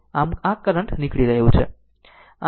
આમ આ કરંટ નીકળી રહ્યું છે